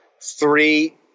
three